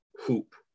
hoop